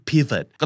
Pivot